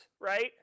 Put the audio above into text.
right